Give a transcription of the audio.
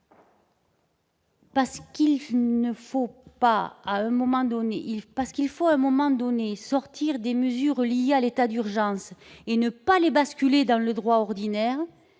Parce qu'il faut, à un moment donné, sortir des mesures liées à l'état d'urgence et ne pas les verser dans le droit ordinaire,